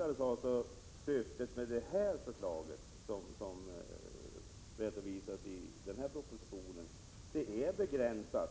har. Syftet med det förslag som redovisas i den här propositionen är, som jag sade, begränsat.